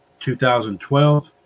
2012